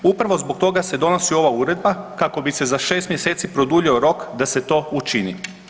Upravo zbog toga se donosi ova Uredba kako bi se za 6 mjeseci produljio rok da se to učini.